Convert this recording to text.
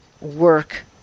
work